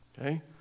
okay